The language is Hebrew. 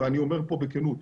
ואני אומר פה בכנות,